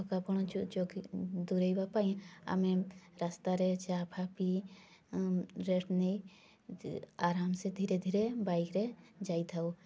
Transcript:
ଥକାପଣ ଦୂରାଇବା ପାଇଁ ଆମେ ରାସ୍ତାରେ ଚା ଫା ପି ରେଷ୍ଟ୍ ନେଇ ଆରାମ ସେ ଧିରେ ଧିରେ ବାଇକ୍ରେ ଯାଇଥାଉ